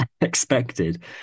expected